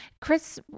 Chris